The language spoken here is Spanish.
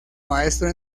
maestro